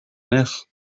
mère